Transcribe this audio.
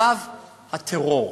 שלב הטרור,